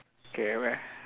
okay at where